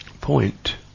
point